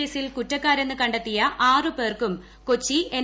കേസിൽ കുറ്റക്കാരെന്ന് കണ്ടെത്തിയ ആറു പേർക്കും കൊച്ചി എൻ